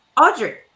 audrey